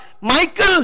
Michael